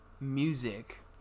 music